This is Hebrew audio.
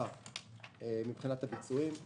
מבחינת הביצועים ב-2020,